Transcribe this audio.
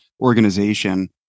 organization